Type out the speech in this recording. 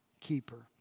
keeper